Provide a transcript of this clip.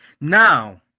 Now